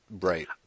Right